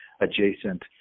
adjacent